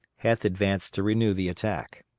heth advanced to renew the attack.